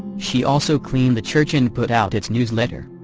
she also cleaned the church and put out its newsletter.